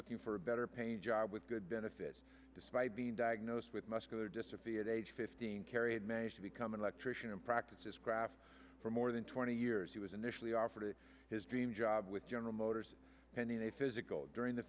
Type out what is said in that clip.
looking for a better paying job with good benefits despite being diagnosed with muscular dystrophy at age fifteen kerry had managed to become an electrician and practice his craft for more than twenty years he was initially offered his dream job with general motors pending a physical during the